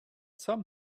some